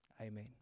Amen